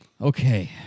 Okay